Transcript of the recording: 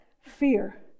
fear